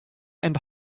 and